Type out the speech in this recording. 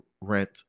rent